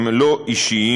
הם לא אישיים,